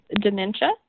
dementia